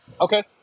Okay